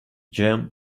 jam